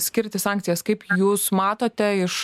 skirti sankcijas kaip jūs matote iš